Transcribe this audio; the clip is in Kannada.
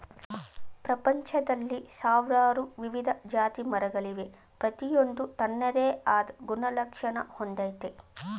ಪ್ರಪಂಚ್ದಲ್ಲಿ ಸಾವ್ರಾರು ವಿವಿಧ ಜಾತಿಮರಗಳವೆ ಪ್ರತಿಯೊಂದೂ ತನ್ನದೇ ಆದ್ ಗುಣಲಕ್ಷಣ ಹೊಂದಯ್ತೆ